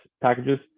packages